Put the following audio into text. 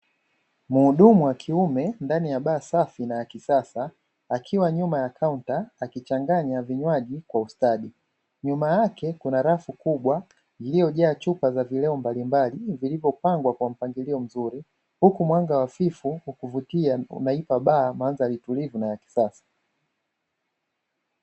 Muhudumu wa kiume ndani ya baa safi na ya kisasa akiwa nyuma ya kaunta akichanganya vinywaji kwa ustadi, nyuma yake kuna rafu kubwa iliyojaa chupa ya vileo mbalimbali vilivyopangwa kwa mpangilio mzuri, huku mwanga hafifu wa kuvutia unaipa baa mandhari tulivu na ya kisasa.